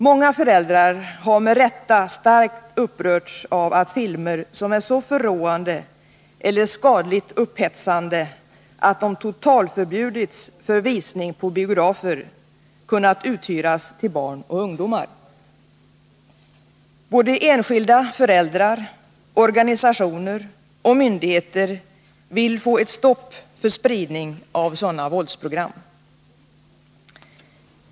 Många föräldrar har med rätta starkt upprörts av att filmer som är så förråande eller skadligt upphetsande att de totalförbjudits för visning på biografer kunnat uthyras till barn och ungdomar. Såväl enskilda föräldrar som organisationer och myndigheter vill få ett stopp för spridningen av sådana våldsprogram.